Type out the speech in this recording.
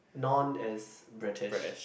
non is British